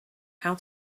how